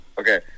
Okay